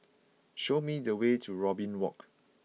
show me the way to Robin Walk